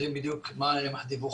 יודעים בדיוק מה הם הדיווחים,